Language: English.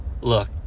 Look